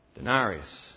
Denarius